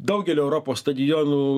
daugely europos stadionų